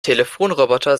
telefonroboter